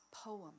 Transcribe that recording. poem